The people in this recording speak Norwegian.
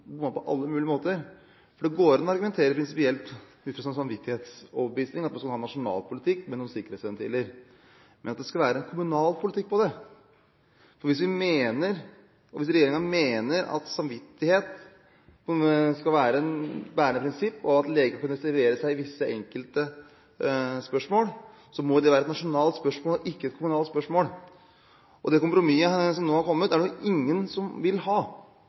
på alle mulige måter. Det går an å argumentere prinsipielt ut fra samvittighetsoverbevisning for at man skal ha en nasjonal politikk med noen sikkerhetsventiler. Men kan man argumentere for at det skal være en kommunal politikk på området? Hvis regjeringen mener at samvittighet skal være et bærende prinsipp, og at leger skal kunne reservere seg i enkelte spørsmål, må det være et nasjonalt spørsmål – ikke et kommunalt spørsmål. Det kompromisset som nå har kommet, er det ingen som vil ha.